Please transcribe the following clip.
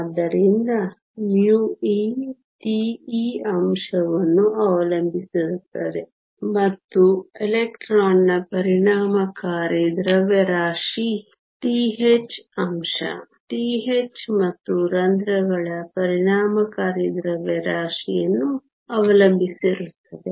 ಆದ್ದರಿಂದ μe τe ಅಂಶವನ್ನು ಅವಲಂಬಿಸಿರುತ್ತದೆ ಮತ್ತು ಎಲೆಕ್ಟ್ರಾನ್ನ ಪರಿಣಾಮಕಾರಿ ದ್ರವ್ಯರಾಶಿ τh ಅಂಶ τh ಮತ್ತು ರಂಧ್ರಗಳ ಪರಿಣಾಮಕಾರಿ ದ್ರವ್ಯರಾಶಿಯನ್ನು ಅವಲಂಬಿಸಿರುತ್ತದೆ